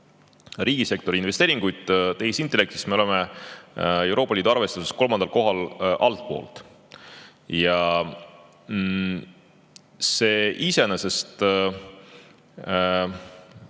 riigisektori investeeringuid tehisintellekti, siis me oleme Euroopa Liidu arvestuses kolmandal kohal altpoolt. See iseenesest